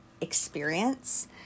experience